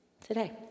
today